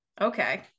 okay